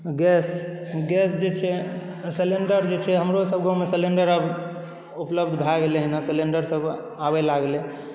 gas जे छै cylinder जे छै हमरो सब गाँव मे सिलिंडर आब उपलब्ध भए गेलैहन सिलिंडर सब आबय लागलै